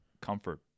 comfort